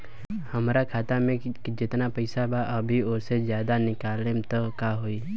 हमरा खाता मे जेतना पईसा बा अभीओसे ज्यादा निकालेम त का होई?